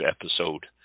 episode